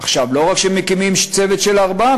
עכשיו, לא רק שהם מקימים צוות של ארבעה.